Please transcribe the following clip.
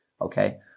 okay